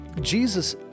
Jesus